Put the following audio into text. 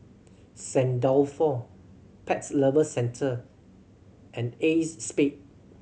Saint Dalfour Pets Lover Centre and Acexspade